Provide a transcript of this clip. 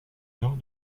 nord